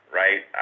right